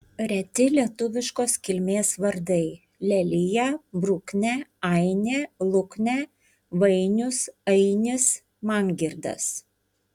reti lietuviškos kilmės vardai lelija bruknė ainė luknė vainius ainis mangirdas